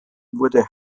wurde